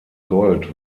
gold